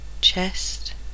Chest